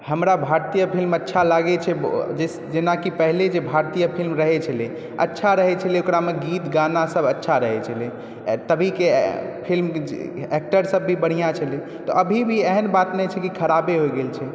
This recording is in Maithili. हमरा भारतीय फिल्म अच्छा लागै छै जेनाकि पहिले जे भारतीय फिल्म रहै छलै अच्छा रहै छलै ओकरामे गीत गाना सब अच्छा रहै छलै तभीके फिल्म एक्टर सब भी बढ़िऑं छलै अभी भी एहन बात नहि छै कि खराबे होइ गेल छलै